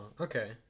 Okay